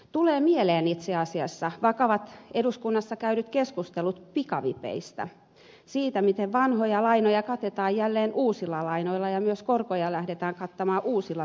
tulee mieleen itse asiassa vakavat eduskunnassa käydyt keskustelut pikavipeistä siitä miten vanhoja lainoja katetaan jälleen uusilla lainoilla ja myös korkoja lähdetään kattamaan uusilla pikavipeillä